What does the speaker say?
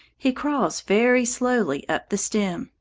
he crawls very slowly up the stem,